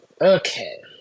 Okay